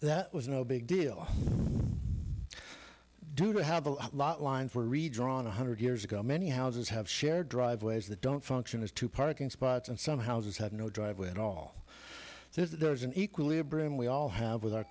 that was no big deal you do have a lot line for redrawing one hundred years ago many houses have shared driveways that don't function as two parking spots and some houses have no driveway at all so there's an equilibrium we all have with our